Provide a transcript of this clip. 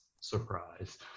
Surprise